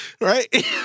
right